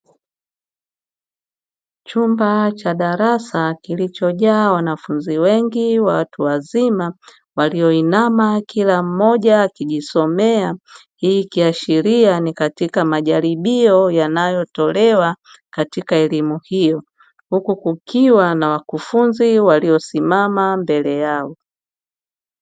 Chumba cha darasa kilichojaa wanafunzi wengi watu wazima, walioinama kila mmoja akijisomea, hii ikiashiria ni katika majaribio yanayotolewa katika elimu hiyo, huku kukiwa na wakufunzi waliosimama mbele yao.